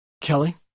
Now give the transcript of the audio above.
Kelly